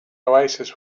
oasis